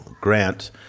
grant